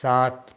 सात